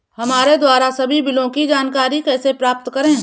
हमारे द्वारा सभी बिलों की जानकारी कैसे प्राप्त करें?